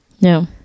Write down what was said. No